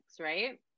right